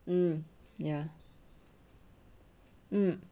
mm ya mm